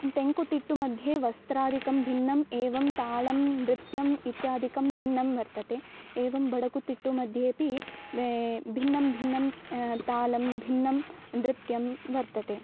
तेङ्कुतिट्टुमध्ये वस्त्रादिकं भिन्नम् एवं तालं नृत्यम् इत्यादिकं भिन्नं वर्तते एवं बडगु तिट्टु मध्येपि भिन्नं भिन्नं तालं भिन्नं नृत्यं वर्तते